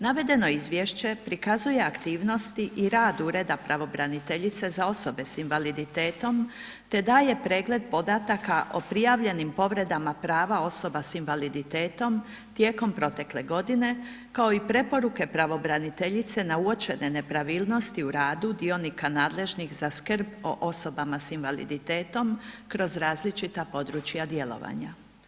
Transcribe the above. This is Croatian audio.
Navedeno izvješće prikazuje aktivnosti i rad Ureda pravobraniteljice za osobe s invaliditetom te daje pregled podataka o prijavljenim povredama prava osoba s invaliditetom tijekom protekle godine, kao i preporuke pravobraniteljice na uočene nepravilnosti u radu dionika nadležnih za skrb o osobama s invaliditetom kroz različita područja djelovanja.